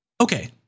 Okay